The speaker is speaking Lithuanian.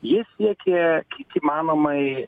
jis siekė kiek įmanomai